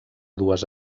dues